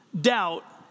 Doubt